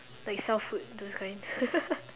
like sell food those kind